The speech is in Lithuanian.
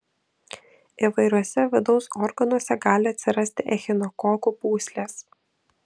įvairiuose vidaus organuose gali atsirasti echinokokų pūslės